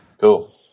Cool